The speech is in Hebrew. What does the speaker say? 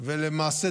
ולמעשה,